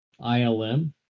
ILM